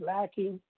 lacking